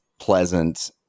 pleasant